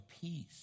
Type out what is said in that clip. peace